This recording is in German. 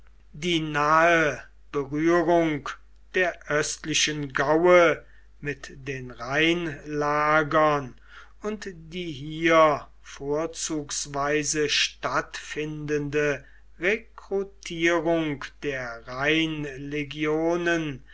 die nahe berührung der östlichen gaue mit den rheinlagern und die hier vorzugsweise stattfindende rekrutierung der